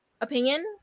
opinion